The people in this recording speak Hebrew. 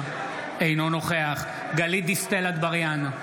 אינו נוכח גלית דיסטל אטבריאן,